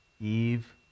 Eve